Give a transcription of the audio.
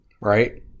right